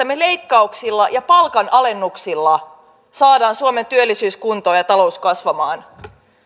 me leikkauksilla ja palkanalennuksilla saamme suomeen työllisyyden kuntoon ja talouden kasvamaan